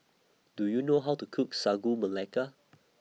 Do YOU know How to Cook Sagu Melaka